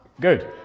Good